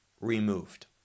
removed